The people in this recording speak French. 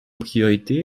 priorité